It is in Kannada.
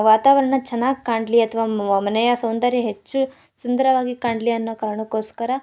ವಾತಾವರಣ ಚೆನ್ನಾಗ್ ಕಾಣಲಿ ಅಥ್ವ ಮನೆಯ ಸೌಂದರ್ಯ ಹೆಚ್ಚು ಸುಂದರವಾಗಿ ಕಾಣಲಿ ಅನ್ನೋ ಕಾರಣಕೋಸ್ಕರ